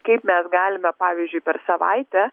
kaip mes galime pavyzdžiui per savaitę